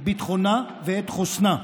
את ביטחונה ואת חוסנה.